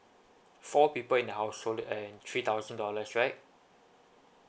four people in the household and three thousand dollars right